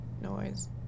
noise